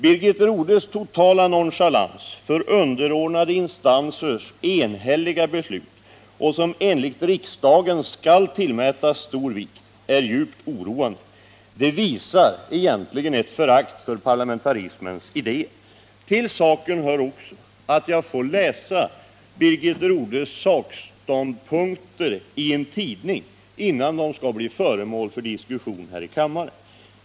Birgit Rodhes totala nonchalans för underordnade instansers enhälliga beslut, som enligt riksdagen skall tillmätas stor vikt, är djupt oroande. Den visar ett förakt för parlamentarismens idéer. Till saken hör också att jag får läsa Birgit Rodhes sakståndspunkter i en tidning innan de skall bli föremål för diskussion här i kammaren.